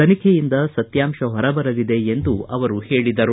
ತನಿಖೆಯಿಂದ ಸತ್ಕಾಂಶ ಹೊರಬರಲಿದೆ ಎಂದು ಅವರು ಹೇಳಿದರು